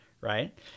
right